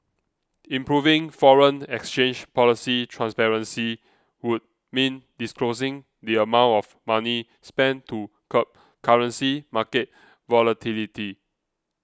improving foreign exchange policy transparency would mean disclosing the amount of money spent to curb currency market volatility